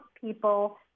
people